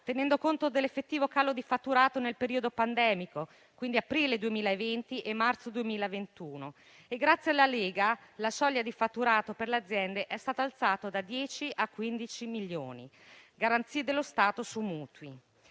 tenendo conto dell'effettivo calo di fatturato nel periodo pandemico, quindi da aprile 2020 a marzo 2021. Grazie alla Lega, la soglia di fatturato per le aziende è stata alzata da 10 a 15 milioni ed è stata prevista